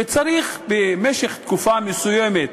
וצריך במשך תקופה מסוימת,